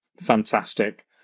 fantastic